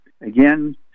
again